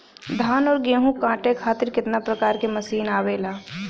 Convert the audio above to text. धान और गेहूँ कांटे खातीर कितना प्रकार के मशीन आवेला?